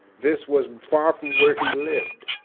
this was far from where he lived.